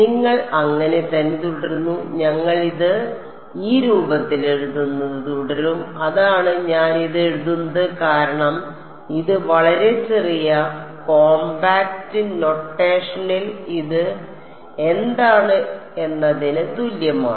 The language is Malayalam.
നിങ്ങൾ അങ്ങനെ തന്നെ തുടരുന്നു ഞങ്ങൾ ഇത് ഈ രൂപത്തിൽ എഴുതുന്നത് തുടരും അതാണ് ഞാൻ ഇത് എഴുതുന്നത് കാരണം ഇത് വളരെ ചെറിയ കോംപാക്റ്റ് നൊട്ടേഷനിൽ ഇത് എന്താണ് എന്നതിന് തുല്യമാണ്